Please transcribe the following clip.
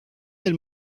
del